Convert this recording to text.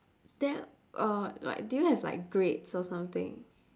then uh like do you have like grades or something